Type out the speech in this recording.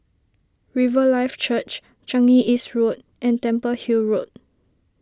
Riverlife Church Changi East Road and Temple Hill Road